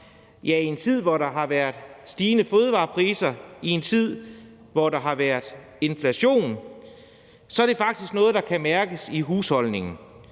i en tid, hvor der har været stigende fødevarepriser, og i en tid, hvor der har været inflation, så er det faktisk noget, der kan mærkes i husholdningen.